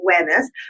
awareness